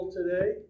today